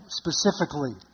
specifically